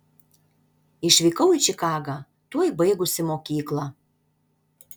išvykau į čikagą tuoj baigusi mokyklą